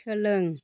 सोलों